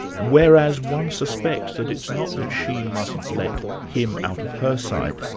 whereas one suspects that it's not that she mustn't let him out of her sight,